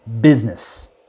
business